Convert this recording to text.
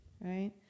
Right